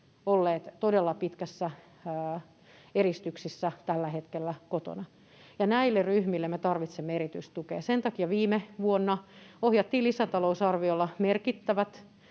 olleet todella pitkässä eristyksessä kotona, ja näille ryhmille me tarvitsemme erityistukea. Sen takia viime vuonna ohjattiin lisätalousarviolla merkittävät